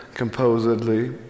Composedly